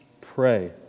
pray